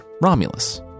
Romulus